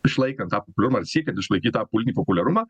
išlaikant tą populiarumą ir siekiant išlaikyti tą politinį populiarumą